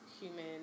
human